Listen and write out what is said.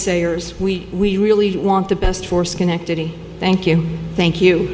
naysayers we we really want the best for schenectady thank you thank you